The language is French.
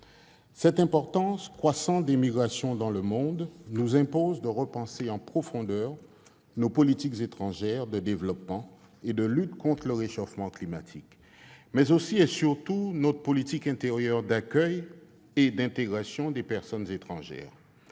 Cette importance croissante des migrations dans le monde nous impose de repenser en profondeur nos politiques étrangères de développement et de lutte contre le réchauffement climatique, mais aussi, et surtout, notre politique intérieure d'accueil et d'intégration des personnes étrangères,